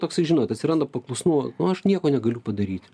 toksai žinot atsiranda paklusnumo aš nieko negaliu padaryti